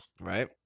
right